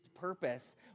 purpose